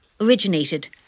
originated